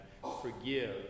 forgive